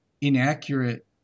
inaccurate